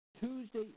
Tuesday